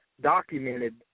documented